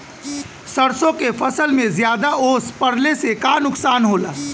सरसों के फसल मे ज्यादा ओस पड़ले से का नुकसान होला?